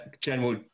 general